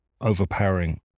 overpowering